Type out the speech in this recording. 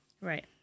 Right